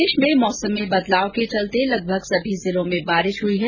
प्रदेश में मौसम में बदलाव के चलते लगभग सभी जिलों में बारिश हुई है